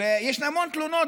יש המון תלונות,